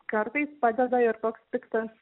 kartais padeda ir toks piktas